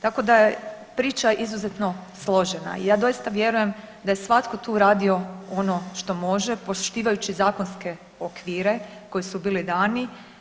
Tako da je priča izuzetno složena i ja doista vjerujem da je svatko tu radio ono što može poštujući zakonske okvire koji su bili dani.